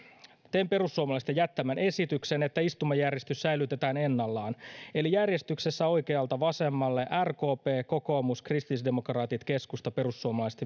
teen perussuomalaisten jättämän esityksen että istumajärjestys säilytetään ennallaan eli järjestyksessä oikealta vasemmalle rkp kokoomus kristillisdemokraatit keskusta perussuomalaiset